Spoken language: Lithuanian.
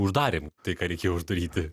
uždarėm tai ką reikėjo uždaryti